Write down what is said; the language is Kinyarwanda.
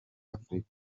afurika